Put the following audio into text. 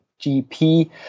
GP